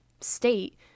state